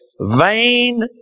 vain